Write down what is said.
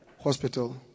hospital